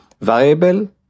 variable